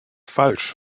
falsch